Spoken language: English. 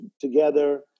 together